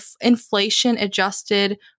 inflation-adjusted